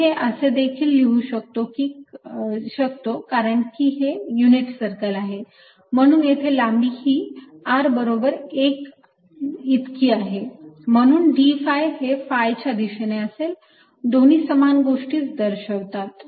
मी हे असे देखील हे लिहू शकतो कारण की हे युनिट सर्कल आहे म्हणून येथे लांबी ही r बरोबर 1 इतकी आहे म्हणून d phi हे phi च्या दिशेने असेल दोन्ही समान गोष्टीच दर्शवितात